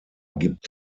gibt